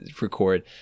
record